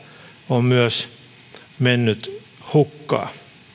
on myös mennyt hukkaan